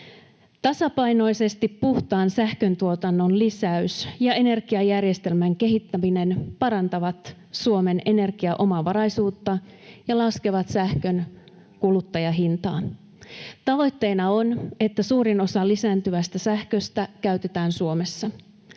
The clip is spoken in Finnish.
Tasapainoisesti puhtaan sähköntuotannon lisäys ja energiajärjestelmän kehittäminen parantavat Suomen energiaomavaraisuutta ja laskevat sähkön kuluttajahintaa. Tavoitteena on, että suurin osa lisääntyvästä sähköstä käytetään Suomessa.